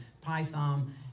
Python